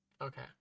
Okay